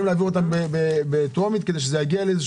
להעביר אותן בטרומית כדי שזה יגיע ליעד.